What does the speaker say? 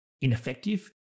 ineffective